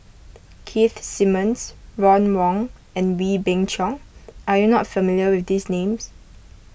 Keith Simmons Ron Wong and Wee Beng Chong are you not familiar with these names